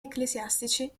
ecclesiastici